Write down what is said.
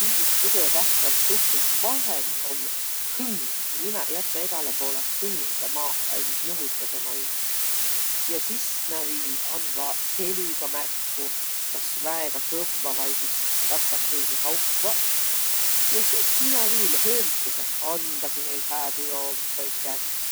Pini kõgõ tähtsämb suhtlusvahend om hõng, nimäq jätväq egäle poolõ hõngõ maaha ja sis nuhutasõq noid. Ja sis nä viil andvaq helügaq märku kas väega kõvva vai sis tassakõisi haukvaq. Ja sis nimäq viil höörütäseq handa ku näil hää tujo om vai midägi nii.